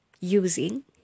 using